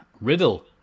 Riddle